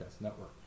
Network